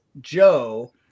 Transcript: Joe